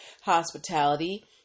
hospitality